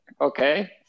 Okay